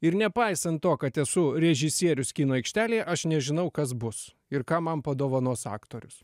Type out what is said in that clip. ir nepaisant to kad esu režisierius kino aikštelėje aš nežinau kas bus ir ką man padovanos aktorius